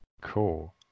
cool